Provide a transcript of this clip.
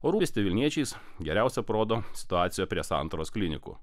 rūpestį vilniečiais geriausia parodo situacija prie santaros klinikų